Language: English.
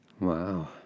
Wow